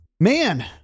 Man